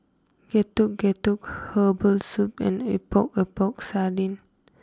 Getuk Getuk Herbal Soup and Epok Epok Sardin